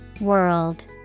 World